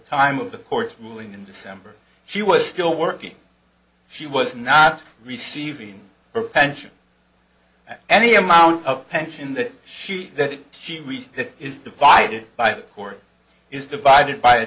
time of the court's ruling in december she was still working she was not receiving her pension any amount of tension that shoot that is divided by the court is divided by a